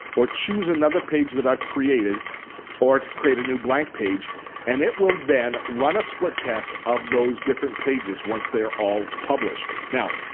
choose another page that i've created or to create a new blank page and it will then run a split test of those different pages once they are all published. now